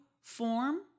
form